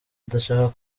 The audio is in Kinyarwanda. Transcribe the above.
adashaka